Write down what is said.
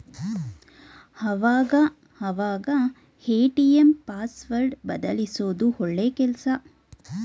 ಆವಾಗ ಅವಾಗ ATM password ಬದಲ್ಯಿಸೋದು ಒಳ್ಳೆ ಕೆಲ್ಸ